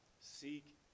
Seek